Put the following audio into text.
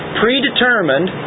predetermined